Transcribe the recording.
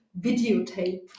videotape